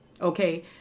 okay